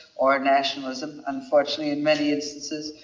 or nationalism unfortunately and many instances,